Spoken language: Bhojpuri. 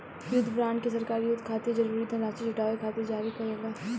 युद्ध बॉन्ड के सरकार युद्ध खातिर जरूरी धनराशि जुटावे खातिर जारी करेला